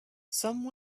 some